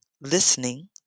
listening